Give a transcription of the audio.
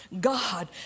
God